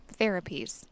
therapies